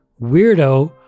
weirdo